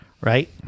right